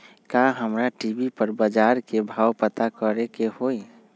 का हमरा टी.वी पर बजार के भाव पता करे के होई?